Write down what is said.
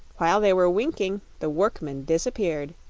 while they were winking the workman disappeared,